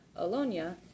Alonia